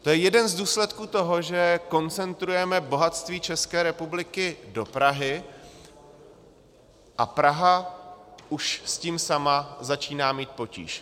To je jeden z důsledků toho, že koncentrujeme bohatství České republiky do Prahy, a Praha už s tím sama začíná mít potíž.